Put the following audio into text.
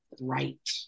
right